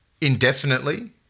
indefinitely